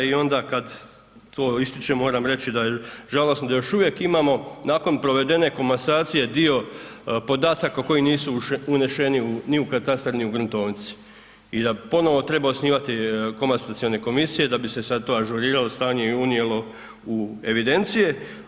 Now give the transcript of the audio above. I onda kada to ističem moram reći da je žalosno da još uvijek imamo nakon provedene komasacije dio podataka koji nisu unešeni ni u katastara ni u gruntovnici i da ponovo treba osnivati komasacione komisije da bi se to sada ažuriralo stanje i unijelo u evidencije.